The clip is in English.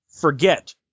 forget